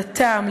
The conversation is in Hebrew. דתם,